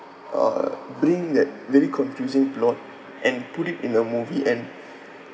uh bring that very confusing plot and put it in a movie and